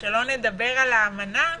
שלא נדבר על האמנה,